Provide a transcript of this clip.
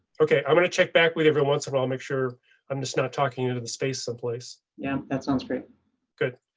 ok i'm gonna check back with every once awhile. make sure i'm just not talking into the space someplace. yeah that sounds great good.